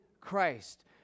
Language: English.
Christ